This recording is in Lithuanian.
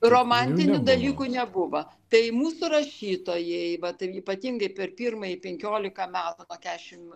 romantinių dalykų nebuvo tai mūsų rašytojai va taip ypatingai per pirmąjį penkiolika metų nuo kiašim